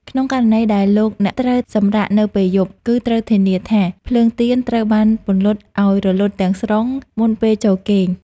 ក្នុងករណីដែលលោកអ្នកត្រូវសម្រាកនៅពេលយប់ គឺត្រូវធានាថាភ្លើងទៀនត្រូវបានពន្លត់ឱ្យរលត់ទាំងស្រុងមុនពេលចូលគេង។